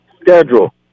Schedule